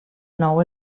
nou